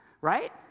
right